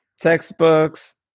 Textbooks